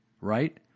right